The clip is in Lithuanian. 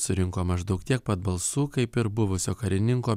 surinko maždaug tiek pat balsų kaip ir buvusio karininko